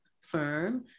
firm